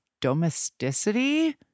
domesticity